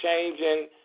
changing